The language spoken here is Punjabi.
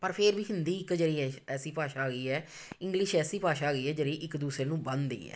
ਪਰ ਫਿਰ ਵੀ ਹਿੰਦੀ ਇੱਕ ਜਿਹੜੀ ਹੈ ਐਸੀ ਭਾਸ਼ਾ ਹੈਗੀ ਹੈ ਇੰਗਲਿਸ਼ ਐਸੀ ਭਾਸ਼ਾ ਹੈਗੀ ਆ ਜਿਹੜੀ ਇੱਕ ਦੂਸਰੇ ਨੂੰ ਬੰਨਦੀ ਹੈ